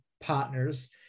partners